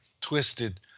twisted